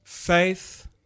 Faith